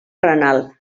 renal